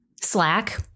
slack